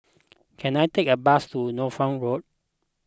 can I take a bus to Norfolk Road